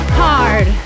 hard